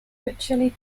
ritually